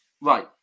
right